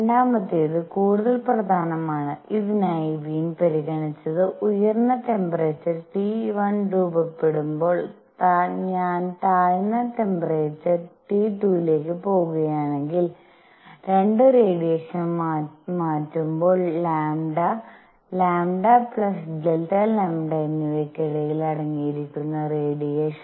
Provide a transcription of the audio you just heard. രണ്ടാമത്തേത് കൂടുതൽ പ്രധാനമാണ് ഇതിനായി വീൻ പരിഗണിച്ചത് ഉയർന്ന ട്ടെമ്പേറെചർ T₁ രൂപപ്പെടുമ്പോൾ ഞാൻ താഴ്ന്ന ട്ടെമ്പേറെചർ T₂ ലേക്ക് പോകുകയാണെങ്കിൽ 2 റേഡിയേഷൻ മാറ്റുമ്പോൾ λ λΔλ എന്നിവയ്ക്കിടയിൽ അടങ്ങിയിരിക്കുന്ന റേഡിയേഷൻ